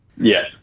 Yes